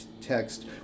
text